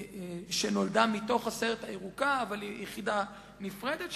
שנולדה מתוך הסיירת הירוקה אבל היא יחידה נפרדת,